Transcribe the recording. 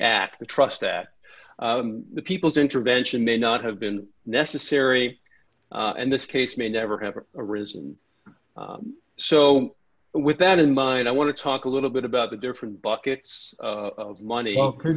act the trust that the people's intervention may not have been necessary and this case may never have arisen so with that in mind i want to talk a little bit about the different buckets of money how could